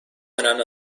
önemli